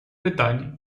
pytań